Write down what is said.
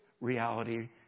reality